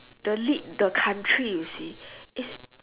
the lead the country you see it's